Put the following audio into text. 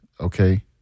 okay